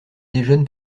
déjeune